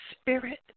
spirit